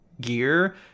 gear